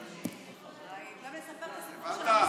גם לספר את הסיפור של מסכנים אי-אפשר.